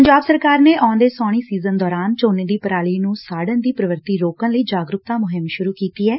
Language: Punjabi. ਪੰਜਾਬ ਸਰਕਾਰ ਨੇ ਆਉਂਦੇ ਸਾਉਣੀ ਸੀਜਨ ਦੌਰਾਨ ਝੋਨੇ ਦੀ ਪਰਾਲੀ ਨੂੰ ਸਾੜਨ ਦੀ ਪ੍ਰਵਿਰਤੀ ਰੋਕਣ ਲਈ ਜਾਗਰੁਕਤਾ ਮੁਹਿੰਮ ਸੁਰੁ ਕੀਤੀ ਐ